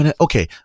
Okay